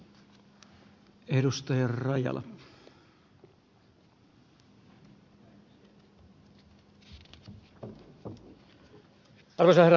arvoisa herra puhemies